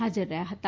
ફાજર રહ્યા હતા